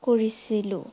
কৰিছিলোঁ